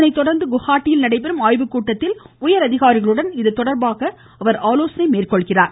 அதனைத்தொடா்ந்து குவஹாட்டியில் நடைபெறும் ஆய்வுக்கூட்டத்தில் உயா் அதிகாரிகளுடன் இதுதொடர்பாக அவர் ஆலோசனை மேற்கொள்கிறார்